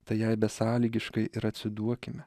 tai jai besąlygiškai ir atsiduokime